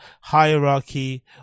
hierarchy